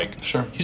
Sure